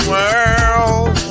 World